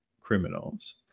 criminals